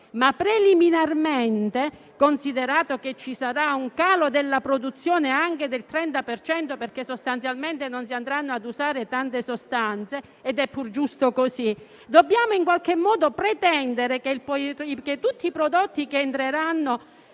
Ma preliminarmente, considerato che ci sarà un calo della produzione anche del 30 per cento, perché sostanzialmente non si andranno a usare tante sostanze - ed è pur giusto così - dobbiamo in qualche modo pretendere che tutti i prodotti che entreranno